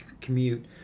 commute